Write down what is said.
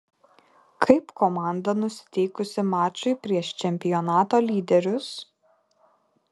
kaip komanda nusiteikusi mačui prieš čempionato lyderius